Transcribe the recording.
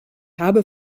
habe